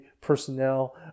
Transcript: personnel